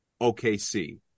OKC